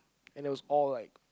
and there was all like